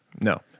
No